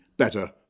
better